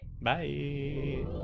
bye